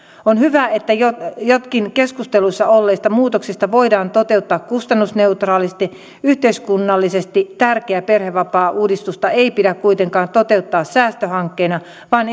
on hyvä jos jotkin keskusteluissa olleista muutoksista voidaan toteuttaa kustannusneutraalisti yhteiskunnallisesti tärkeää perhevapaauudistusta ei pidä kuitenkaan toteuttaa säästöhankkeena vaan